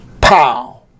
POW